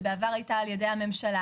שבעבר הייתה על ידי הממשלה,